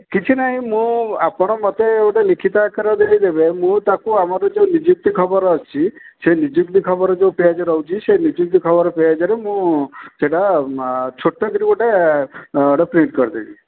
କିଛି ନାହିଁ ମୁଁ ଆପଣ ମୋତେ ଗୋଟେ ଲିଖିତ ଆକାରରେ ଦେଇଦେବେ ମୁଁ ତା'କୁ ଆମର ଯେଉଁ ନିଯୁକ୍ତି ଖବର ଅଛି ସେ ନିଯୁକ୍ତି ଖବର ଯେଉଁ ପେଜ୍ ରହୁଛି ସେ ନିଯୁକ୍ତି ଖବର ପେଜ୍ରେ ମୁଁ ସେଇଟା ଛୋଟ କିରି ଗୋଟେ ପ୍ରିଣ୍ଟ୍ କରିଦେବି